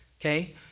Okay